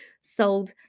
Sold